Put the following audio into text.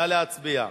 נא להצביע.